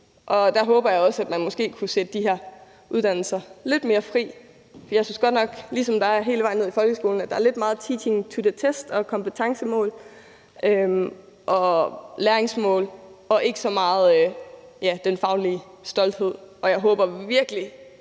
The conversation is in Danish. Og der håber jeg også, at man måske kunne sætte de her uddannelser lidt mere fri. Jeg synes godt nok, at der, ligesom der er hele vejen ned i folkeskolen, er lidt meget teaching to the test og kompetencemål og læringsmål og ikke så meget den faglige stolthed. Jeg håber virkelig,